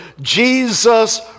Jesus